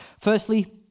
Firstly